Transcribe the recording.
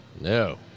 no